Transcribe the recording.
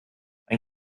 ein